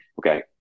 okay